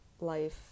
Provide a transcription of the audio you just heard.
life